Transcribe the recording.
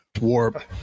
warp